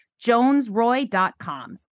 jonesroy.com